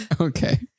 Okay